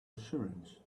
assurance